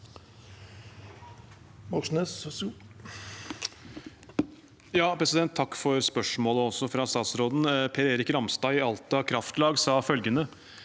Takk for spørsmål- et også fra statsråden. Per-Erik Ramstad i Alta Kraftlag sa følgende: